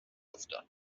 افتاد